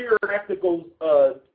theoretical